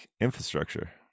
infrastructure